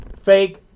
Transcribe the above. Fake